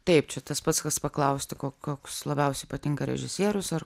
taip čia tas pats kas paklausti koks labiausiai patinka režisierius ar